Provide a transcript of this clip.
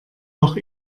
noch